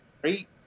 Great